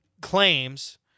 claims